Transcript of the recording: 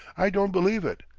i don't believe it.